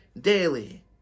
daily